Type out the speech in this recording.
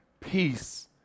Peace